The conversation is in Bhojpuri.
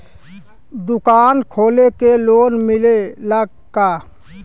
दुकान खोले के लोन मिलेला का?